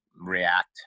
react